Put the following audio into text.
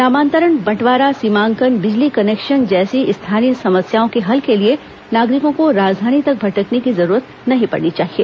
नामांतरण बंटवारा सीमांकन बिजली कनेक्शन जैसी स्थानीय समस्याओं के हल के लिए नागरिकों को राजधानी तक भटकने की जरूरत नहीं पड़नी चाहिए